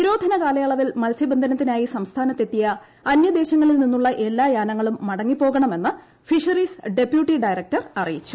നിരോധന കാലയളവിൽ മത്സ്യബന്ധനത്തിനായി സംസ്ഥാനത്ത് എത്തിയ അനൃദേശങ്ങളിൽ നിന്നുള്ള എല്ലാ യാനങ്ങളും മടങ്ങിപോകണമെന്ന് ഫിഷറീസ് ഡെപ്യൂട്ടി ഡയറക്ടർ അറിയിച്ചു